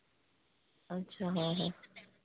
अच्छा हाँ हाँ